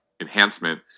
enhancement